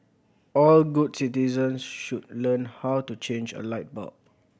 all good citizens should learn how to change a light bulb